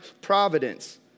providence